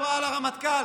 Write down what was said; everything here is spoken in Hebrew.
הוראה לרמטכ"ל: